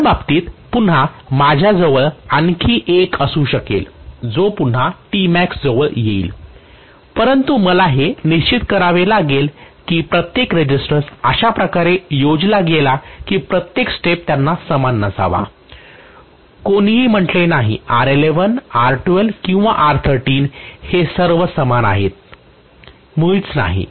पुढच्या बाबतीत पुन्हा माझ्याजवळ आणखी एक असू शकेल जो पुन्हा जवळ येईल परंतु मला हे निश्चित करावे लागेल की प्रत्येक रेसिस्टन्स अशा प्रकारे योजला गेला आहे की प्रत्येक स्टेप त्यांना समान नसावा कोणीही म्हटले नाही R11 R12 किंवा R13 हे सर्व समान असावे मुळीच नाही